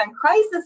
crisis